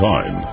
Time